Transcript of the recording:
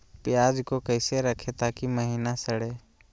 प्याज को कैसे रखे ताकि महिना सड़े?